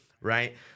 right